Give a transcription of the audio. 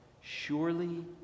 Surely